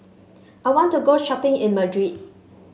I want to go shopping in Madrid